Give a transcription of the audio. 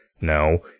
no